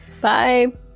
bye